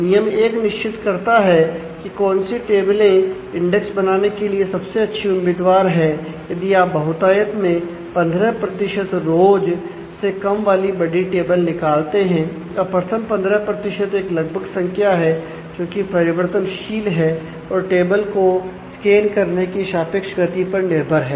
नियम एक निश्चित करता है कि कौन सी टेबले इंडेक्स बनाने के लिए सबसे अच्छी उम्मीदवार है यदि आप बहुतायत में 15 रोज करने की सापेक्ष गति पर निर्भर है